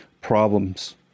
problems